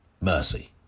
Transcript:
mercy